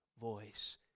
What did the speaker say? voice